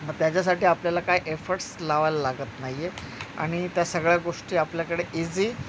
मग त्याच्यासाठी आपल्याला काय एफर्ट्स लावायला लागत नाही आहे आणि त्या सगळ्या गोष्टी आपल्याकडे इझी